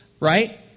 Right